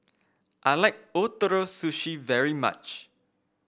I like Ootoro Sushi very much